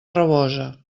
rabosa